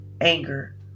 anger